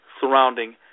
surrounding